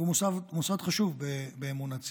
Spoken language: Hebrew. והוא מוסד חשוב באמון הציבור.